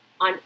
On